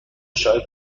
شاید